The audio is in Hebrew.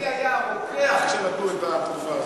מי היה הרוקח כשנתנו את התרופה הזאת?